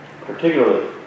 particularly